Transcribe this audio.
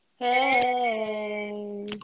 Hey